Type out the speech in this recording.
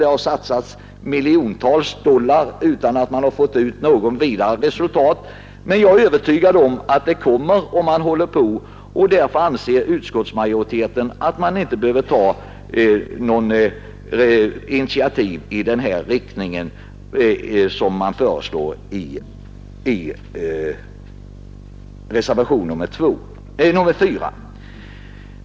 Det har satsats miljontals dollar utan att man fått ut något resultat. Men om man fortsätter är jag övertygad om att det kommer att lyckas. Därför anser utskottsmajoriteten att man inte behöver ta något initiativ i den riktning som föreslås i reservationen 4.